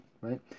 right